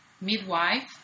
midwife